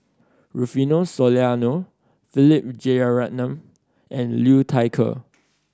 Rufino Soliano Philip Jeyaretnam and Liu Thai Ker